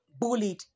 bullied